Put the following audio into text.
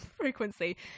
frequency